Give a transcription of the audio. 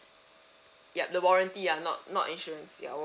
yup the warranty ya not not insurance ya our